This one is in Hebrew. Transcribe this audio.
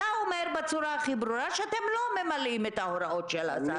אתה אומר בצורה הכי ברורה שאתם לא ממלאים את ההוראות של השר.